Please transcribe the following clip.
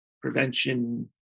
prevention